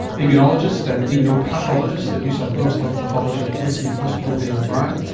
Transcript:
immunologist and immunopathologist at new south wales health pathology at westmead hospital david brown,